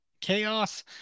Chaos